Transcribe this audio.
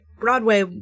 Broadway